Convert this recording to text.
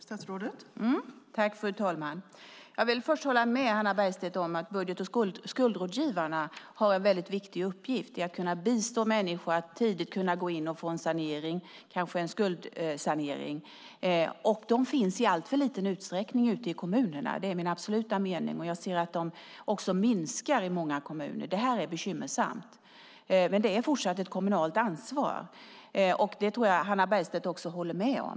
Fru talman! Jag vill först hålla med Hannah Bergstedt om att budget och skuldrådgivarna har en mycket viktig uppgift i att kunna bistå människor i att tidigt kunna få en sanering, kanske en skuldsanering. De finns i alltför liten utsträckning ute i kommunerna - det är min absoluta mening. Jag ser också att de i många kommuner minskar. Det är bekymmersamt. Men det är fortsatt ett kommunalt ansvar. Det tror jag också att Hannah Bergstedt håller med om.